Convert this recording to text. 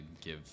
give